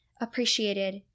appreciated